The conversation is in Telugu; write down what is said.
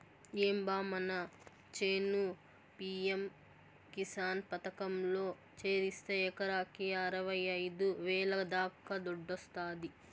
ఏం బా మన చేను పి.యం కిసాన్ పథకంలో చేరిస్తే ఎకరాకి అరవైఐదు వేల దాకా దుడ్డొస్తాది